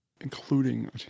Including